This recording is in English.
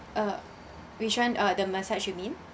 uh which one uh the massage you mean